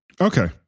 Okay